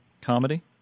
Comedy